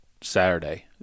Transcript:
Saturday